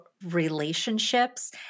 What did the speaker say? Relationships